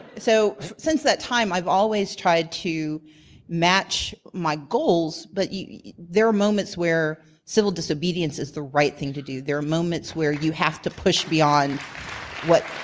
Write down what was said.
so since that time i've always tried to match my goals, but there are moments where civil disobedience is the right thing to do. there are moments where you have to push beyond what